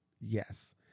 Yes